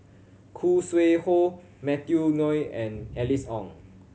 Khoo Sui Hoe Matthew Ngui and Alice Ong